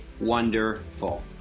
wonderful